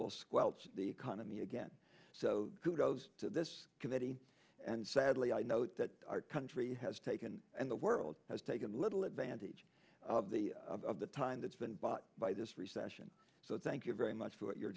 will squelch the economy again so kudos to this committee and sadly i note that our country has taken and the world has taken little advantage of the of the time that's been bought by this recession so thank you very much for what you're